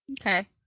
okay